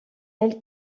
elle